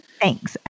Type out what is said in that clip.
Thanks